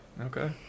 Okay